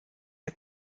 der